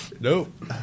Nope